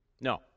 No